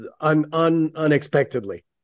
Unexpectedly